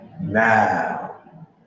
now